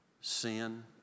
sin